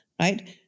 right